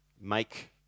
make